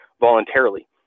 voluntarily